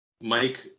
Mike